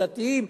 דתיים,